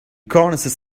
cornices